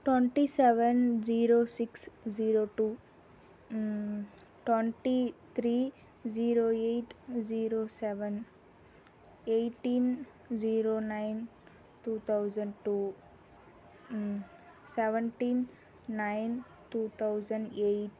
twenty seven zero six zero two twenty three zero eight zero seven eighteen zero nine two thousand two hmm seventeen nine two thousand eight